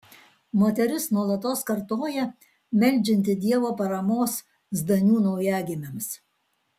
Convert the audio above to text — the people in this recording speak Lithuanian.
moteris nuolatos kartoja meldžianti dievo paramos zdanių naujagimiams